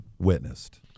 witnessed